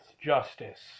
justice